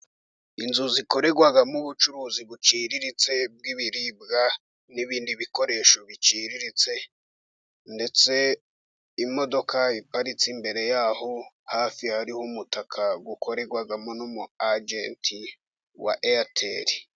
Inzu zikorerwagamo ubucuruzi buciriritse bw'ibiribwa n'ibindi bikoresho biciriritse, ndetse imodoka iparitse imbere y'aho. Hafi hariho umutaka ukorerwaglmo n'umu agenti wa airtel.